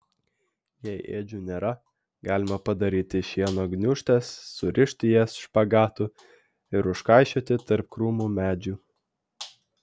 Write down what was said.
jei ėdžių nėra galima padaryti šieno gniūžtes surišti jas špagatu ir užkaišioti tarp krūmų medžių